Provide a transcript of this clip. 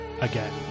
again